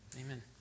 Amen